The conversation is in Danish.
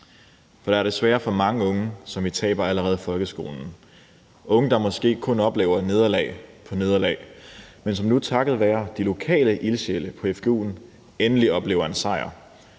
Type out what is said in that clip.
For der er desværre for mange unge, som vi taber allerede i folkeskolen, unge, der måske har oplevet nederlag på nederlag, men som nu takket være de lokale ildsjæle på fgu'en endelig oplever en sejr.